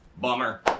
Bummer